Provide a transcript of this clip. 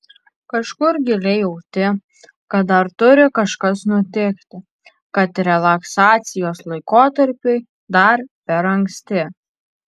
kažkur giliai jauti kad dar turi kažkas nutikti kad relaksacijos laikotarpiui dar per anksti